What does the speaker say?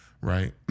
right